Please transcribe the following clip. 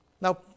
now